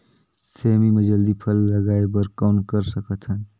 सेमी म जल्दी फल लगाय बर कौन कर सकत हन?